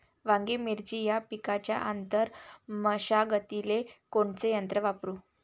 वांगे, मिरची या पिकाच्या आंतर मशागतीले कोनचे यंत्र वापरू?